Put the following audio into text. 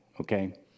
okay